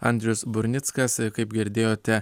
andrius burnickas kaip girdėjote